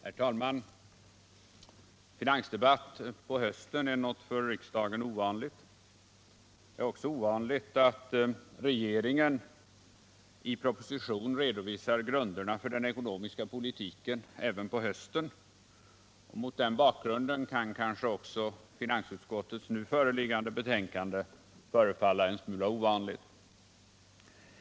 Herr talman! En finansdebatt på hösten är något för riksdagen ovanligt. Det är också ovanligt att regeringen i proposition redovisar grunderna för den ekonomiska politiken även på hösten. Mot den bakgrunden kan kanske också finansutskottets nu föreliggande betänkande förefalla en smula ovanligt.